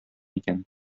икән